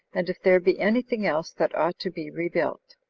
and if there be any thing else that ought to be rebuilt.